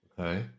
Okay